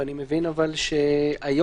כי כשאין